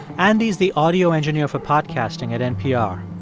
andy's the audio engineer for podcasting at npr.